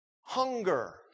hunger